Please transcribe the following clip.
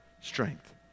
strength